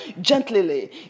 Gently